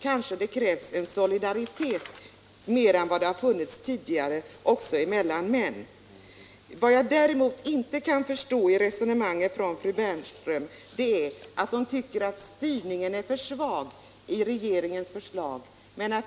Kanske krävs det en solidaritet starkare än den som funnits tidigare mellan män? Jag kan däremot inte förstå fru Bernströms resonemang när hon tycker att styrningen är för svag i regeringens förslag.